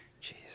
Jesus